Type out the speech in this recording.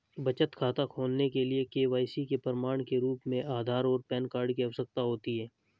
बचत खाता खोलने के लिए के.वाई.सी के प्रमाण के रूप में आधार और पैन कार्ड की आवश्यकता होती है